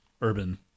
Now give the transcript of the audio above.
Urban